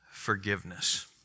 forgiveness